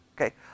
Okay